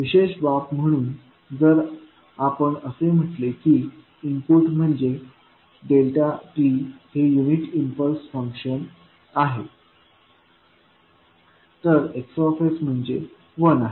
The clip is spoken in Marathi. विशेष बाब म्हणून जर आपण असे म्हटले की इनपुट म्हणजे δ हे युनिट इम्पल्स फंक्शन आहे तर X म्हणजे 1 आहे